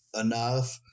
enough